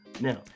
Now